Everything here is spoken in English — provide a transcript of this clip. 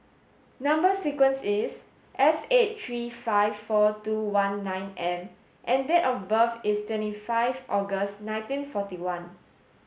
number sequence is S eight three five four two one nine M and date of birth is twenty five August nineteen forty one